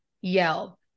yell